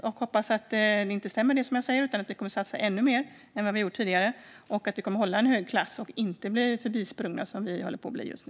Jag hoppas också att det jag säger inte stämmer utan att vi kommer att satsa ännu mer än vi gjort tidigare och att vi kommer att hålla hög klass och inte bli förbisprungna, vilket vi håller bli att bli just nu.